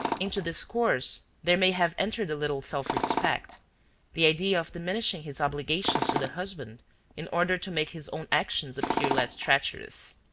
into this course there may have entered a little self-respect the idea of diminishing his obligations to the husband in order to make his own actions appear less treacherous.